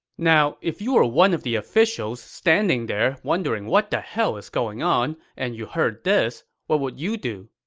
now, if you were one of the officials standing there wondering what the hell is going on and your heard this, what would you do?